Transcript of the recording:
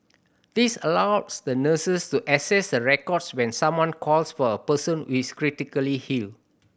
this allows the nurses to access the records when someone calls for a person who is critically ill